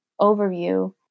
overview